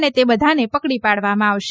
અને તે બધાને પકડી પાડવામાં આવશે